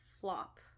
flop